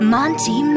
Monty